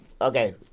Okay